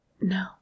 No